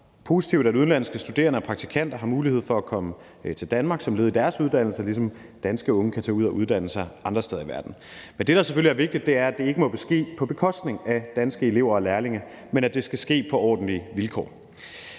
Det er positivt, at udenlandske studerende og praktikanter har mulighed for at komme til Danmark som led i deres uddannelse, ligesom danske unge kan tage ud og uddanne sig andre steder i verden. Men det, der selvfølgelig er vigtigt, er, at det ikke må ske på bekostning af danske elever og lærlinge, men at det skal ske på ordentlige vilkår.